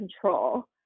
control